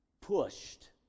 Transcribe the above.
pushed